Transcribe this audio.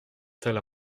tel